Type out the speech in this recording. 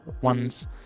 one's